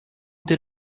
did